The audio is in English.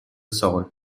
salt